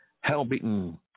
hell-beaten